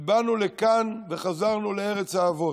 ובאנו לכאן וחזרנו לארץ האבות,